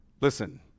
Listen